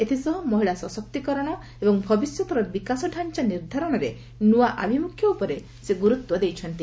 ଏଥିସହ ମହିଳା ସଶକ୍ତିକରଣ ଏବଂ ଭବିଷ୍ୟତର ବିକାଶଢାଞ୍ଚା ନିର୍ଦ୍ଧାରଣରେ ନୂଆ ଆଭିମୁଖ୍ୟ ଉପରେ ସେ ଗୁରୁତ୍ୱ ଦେଇଛନ୍ତି